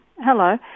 Hello